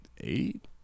eight